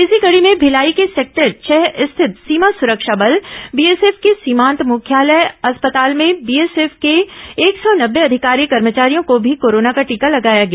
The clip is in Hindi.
इसी कड़ी में भिलाई के सेक्टर छह स्थित सीमा सुरक्षा बल बीएसएफ के सीमांत मुख्यालय अस्पताल में बीएसएफ के एक सौ नब्बे अधिकारी कर्मचारियों को भी कोरोना का टीका लगाया गया